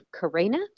Karina